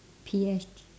P_S_P